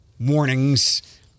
warnings